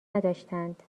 نداشتند